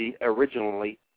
originally